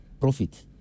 profit